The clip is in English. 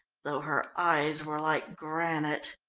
though her eyes were like granite.